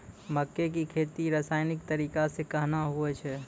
मक्के की खेती रसायनिक तरीका से कहना हुआ छ?